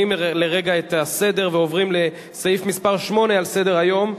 לרגע את הסדר ועוברים לסעיף מס' 8 בסדר-היום.